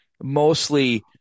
mostly